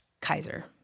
Kaiser